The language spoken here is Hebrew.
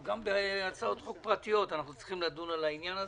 גם בהצעות חוק פרטיות אנו צריכים לדון בעניין,